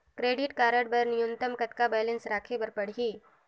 Credit card बर न्यूनतम कतका बैलेंस राखे बर पड़ही?